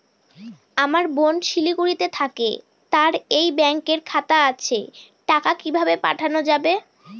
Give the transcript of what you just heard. আমার বোন শিলিগুড়িতে থাকে তার এই ব্যঙকের খাতা আছে টাকা কি ভাবে পাঠানো যাবে?